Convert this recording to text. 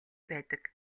байдаг